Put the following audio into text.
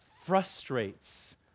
frustrates